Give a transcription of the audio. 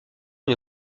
une